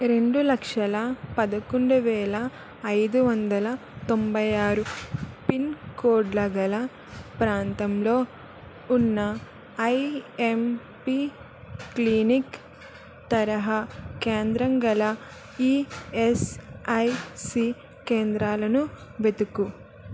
రెండులక్షల పదకొండువేల ఐదు వందల తొంభైఆరు పిన్కోడ్ల గల ప్రాంతంలో ఉన్న ఐఎంపి క్లినిక్ తరహా కేంద్రం గల ఈఎస్ఐసి కేద్రాలను వెతుకు